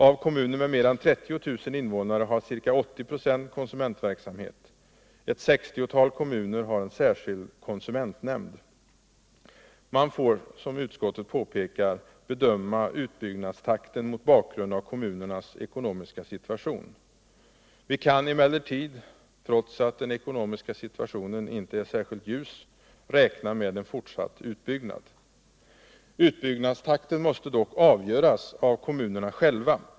Av kommuner med mer än 30 000 invånare har ca 80 ”å konsumentverksamhet. Ett 60-tal kommuner har en särskild konsumentnämnd. Man får —- som utskottet påpekar - bedöma utbyggnadstakten mot bakgrund av kommunernas ekonomiska situation. Vi kan emellertid, trots alt den ekonomiska situationen inte är särskilt ljus, räkna med en fortsatt utbyggnad. Utbyggnadstakten måste dock avgöras av kommunerna själva.